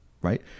right